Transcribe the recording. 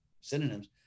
synonyms